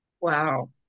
Wow